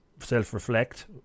self-reflect